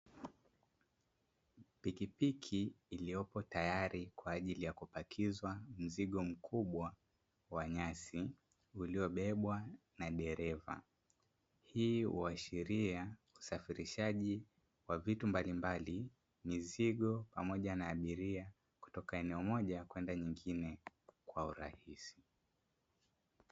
Pikipiki iliyopo tayari kwa ajili ya kupakizwa mzigo mkubwa wa nyasi uliobebwa na dereva, hii huashiria usafirishaji wa vitu mbalimbali mizigo pamoja na abiria kutokana eneo moja kwenda nyingine kwa urahisi.